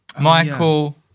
Michael